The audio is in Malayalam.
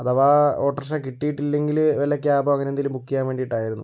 അഥവാ ഓട്ടോ റിക്ഷ കിട്ടിയിട്ടില്ലെങ്കിൽ വല്ല ക്യാബോ അങ്ങനെ എന്തെങ്കിലും ബുക്ക് ചെയ്യാൻ വേണ്ടിയിട്ടായിരുന്നു